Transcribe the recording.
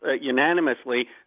unanimously